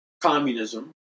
communism